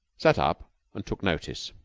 sat up and took notice.